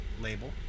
label